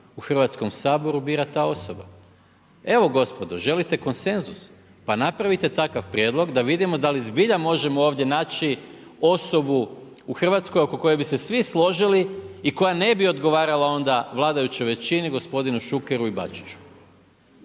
u Hrvatskom saboru bira ta osoba. Evo gospodo želite konsenzus? Pa napravite takav prijedlog, da vidimo da li zbilja ovdje možemo naći osobu u Hrvatskoj, oko koje bi se svi složili i koja ne bi odgovarala onda vladajućoj većini, gospodinu Šukeru i Bačiću.